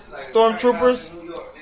Stormtroopers